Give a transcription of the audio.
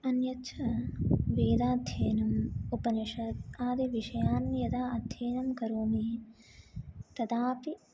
अन्यच्च वेदाध्ययनम् उपनिषद् आदि विषयान् यदा अध्ययनं करोमि तदापि